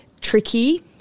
tricky